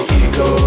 ego